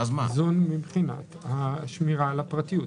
איזון מבחינת השמירה על הפרטיות.